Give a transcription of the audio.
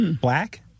Black